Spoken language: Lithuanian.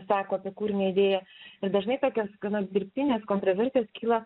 sako apie kūrinio idėją ir dažnai tokios gana dirbtinės kontroversijos kyla